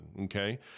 okay